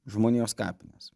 žmonijos kapines